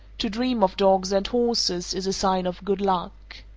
to dream of dogs and horses is a sign of good luck.